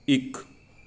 ਇੱਕ